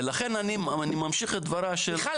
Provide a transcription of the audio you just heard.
ולכן אני ממשיך את דבריה של --- מיכל,